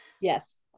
Yes